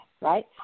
right